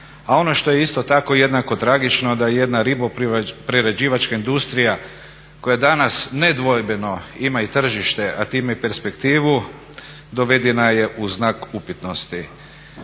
a ono što je isto tako jednako tragično da jedna riboprerađivačka industrija koja danas nedvojbeno ima i tržište, a time i perspektivu dovedena je u znak upitnosti.